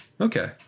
Okay